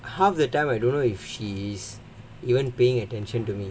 half the time I don't know if she's even paying attention to me